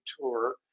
tour